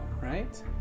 Right